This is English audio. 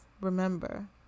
remember